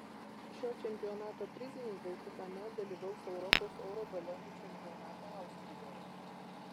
šio čempionato prizininkai kitąmet dalyvaus europos oro balionų čempionate austrijoje